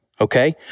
Okay